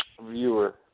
viewer